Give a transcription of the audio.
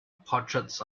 portraits